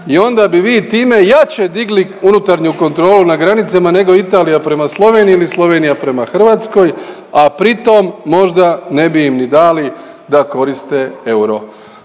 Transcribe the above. i onda bi vi time jače digli unutarnju kontrolu na granicu nego Italija prema Sloveniji ili Slovenija prema Hrvatskoj, a pritom možda ne bi im ni dali da koriste euro.